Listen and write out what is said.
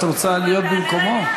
את רוצה להיות במקומו?